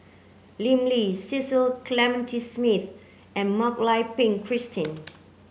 Lim Lee Cecil Clementi Smith and Mak Lai Peng Christine